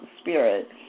spirit